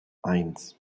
eins